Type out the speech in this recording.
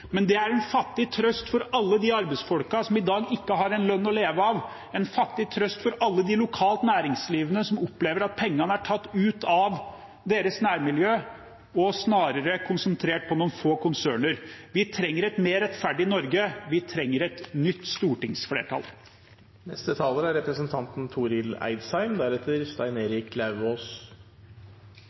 Men det er en fattig trøst for alle de arbeidsfolkene som i dag ikke har en lønn å leve av, en fattig trøst for alt det lokale næringslivet som opplever at pengene er tatt ut av deres nærmiljø og snarere er konsentrert på noen få konserner. Vi trenger et mer rettferdig Norge, vi trenger et nytt stortingsflertall.